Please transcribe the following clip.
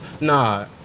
Nah